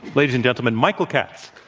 ladies and gentlemen, michael katz.